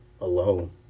Alone